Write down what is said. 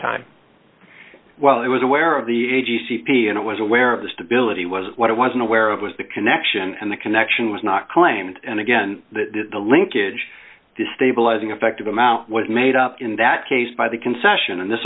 time well i was aware of the a g c p and it was aware of the stability was what i was aware of was the connection and the connection was not claimed and again the linkage destabilizing effect of amount was made up in that case by the concession and th